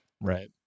right